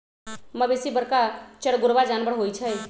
मवेशी बरका चरगोरबा जानबर होइ छइ